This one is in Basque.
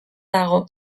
dago